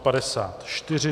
54.